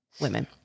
women